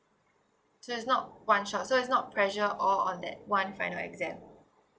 so it's not one shot so it's not pressure all on that one final exam